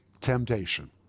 temptation